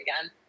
again